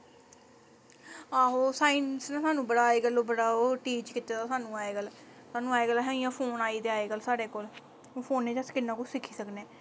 आहो साइंस ने सानूं बड़ा अज्जकल बड़ा ओह् टीच कीते दा सानूं अज्जकल सानूं अज्जकल असें इ'यां फोन आई गेदे साढ़े कोल फोनै च अस कि'न्ना कुछ सिक्खी सकने